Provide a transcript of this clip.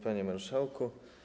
Panie Marszałku!